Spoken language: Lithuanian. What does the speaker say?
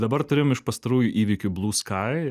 dabar turim iš pastarųjų įvykių blue sky